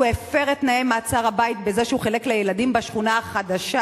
הוא הפר את תנאי מעצר הבית בזה שהוא חילק לילדים בשכונה החדשה